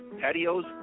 patios